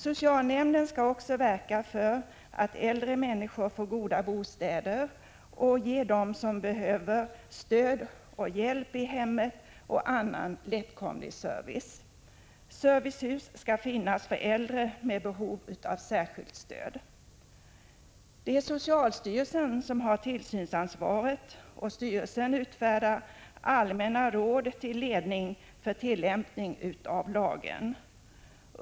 Socialnämnden skall också verka för att äldre människor får goda bostäder och ge dem som behöver det stöd och hjälp i hemmet och annan lättåtkomlig service. Servicehus skall finnas för äldre med behov av särskilt stöd. Det är socialstyrelsen som har tillsynsansvaret, och styrelsen utfärdar allmänna råd till ledning för tillämpningen av lagen.